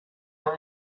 mind